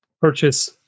purchase